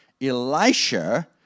Elisha